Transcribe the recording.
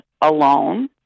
alone